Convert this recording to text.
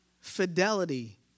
Fidelity